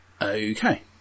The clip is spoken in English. Okay